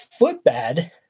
footbed